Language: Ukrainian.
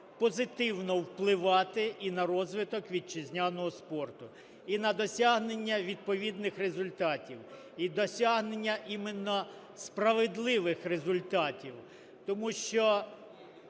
позитивно впливати і на розвиток вітчизняного спорту, і на досягнення відповідних результатів, і досягнення іменно справедливих результатів,